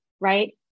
right